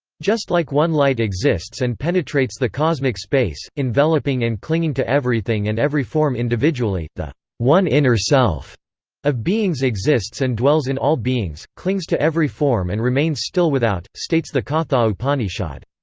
just like one light exists and penetrates the cosmic space, enveloping and clinging to everything and every form individually, the one inner self of beings exists and dwells in all beings, clings to every form and remains still without, states the katha upanishad.